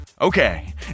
Okay